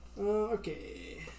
Okay